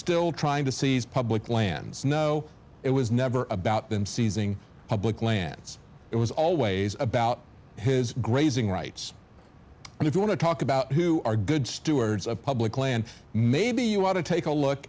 still trying to seize public lands no it was never about them seizing public lands it was always about his grazing rights and if you want to talk about who are good stewards of public land maybe you ought to take a look